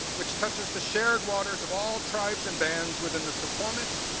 which touches the shared waters of all tribes and bands within the suquamish,